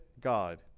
God